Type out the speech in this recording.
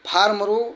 ଫାର୍ମରୁ